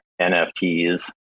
NFTs